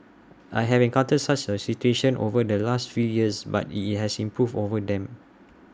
I have encountered such A situation over the last few years but IT it has improved over time